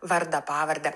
vardą pavardę